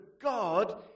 God